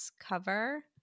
cover